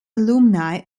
alumni